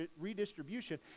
redistribution